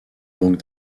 banque